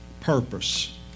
Purpose